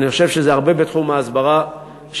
אני חושב שזה הרבה בתחום ההסברה שקיימת